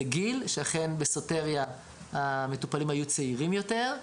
גיל ובסוטריה המטופלים אכן היו צעירים יותר,